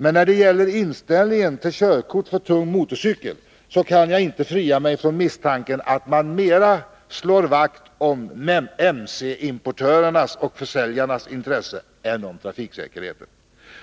Men när det gäller inställningen till körkort för tung motorcykel kan jag inte frigöra mig från misstanken att man mera slår vakt om MC importörernas och MC-försäljarnas intressen än om trafiksäkerheten.